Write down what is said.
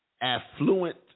affluent